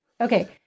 Okay